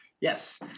Yes